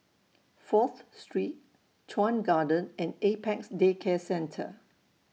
Fourth Street Chuan Garden and Apex Day Care Centre